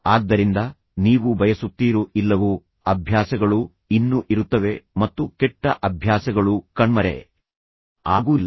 ಆದ್ದರಿಂದ ನೀವು ಬಯಸುತ್ತೀರೋ ಇಲ್ಲವೋ ಅಭ್ಯಾಸಗಳು ಇನ್ನೂ ಇರುತ್ತವೆ ಮತ್ತು ಕೆಟ್ಟ ಅಭ್ಯಾಸಗಳು ಶಾಶ್ವತವಾಗಿ ಕಣ್ಮರೆಯಾಗುವುದಿಲ್ಲ